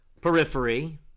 periphery